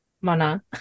Mana